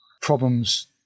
problems